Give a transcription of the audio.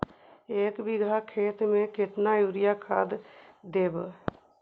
एक बिघा खेत में केतना युरिया खाद देवै?